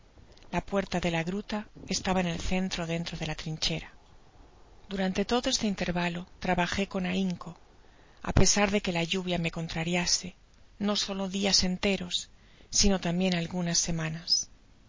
la puerta de la gruta estaba en el centro dentro de la trinchera durante todo este intérvalo trabajé con ahinco á pesar de que la lluvia me contrariase no solo dias enteros sino tambien algunas semanas